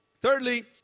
Thirdly